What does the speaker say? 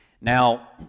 Now